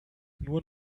nur